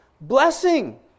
blessing